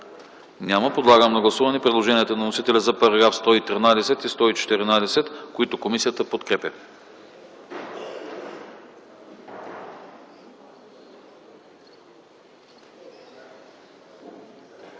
Няма. Подлагам на гласуване предложенията на вносителя за параграфи 113 и 114, които комисията подкрепя.